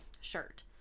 shirt